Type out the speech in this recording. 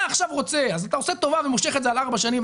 אתה עכשיו עושה טובה ומושך את זה על ארבע שנים.